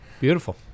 beautiful